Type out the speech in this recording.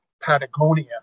Patagonia